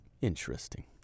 interesting